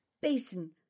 basin